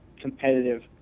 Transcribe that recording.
competitive